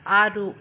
ಆರು